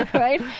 right?